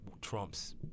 Trump's